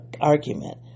argument